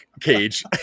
cage